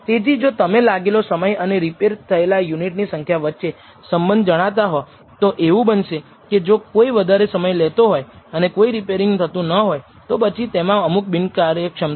તેથી જો તમે લાગેલો સમય અને રિપેર થયેલા યુનિટની સંખ્યા વચ્ચે સંબંધ જાણતા હો તો એવું બનશે કે જો કોઈ વધારે સમય લેતો હોય અને કોઈ રીપેરીંગ થતું ન હોય તો પછી તેમાં અમુક બિનકાર્યક્ષમતા છે